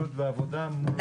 פשוט בעבודה מול הלקוח.